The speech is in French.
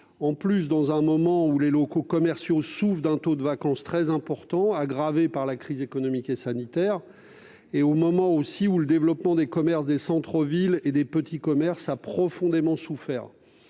affecté, dans un moment où les locaux commerciaux souffrent d'un taux de vacance très important, encore aggravé par la crise économique et sanitaire, et où le développement des commerces de centre-ville et des petits commerces souffre profondément. Il faut